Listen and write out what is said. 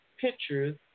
pictures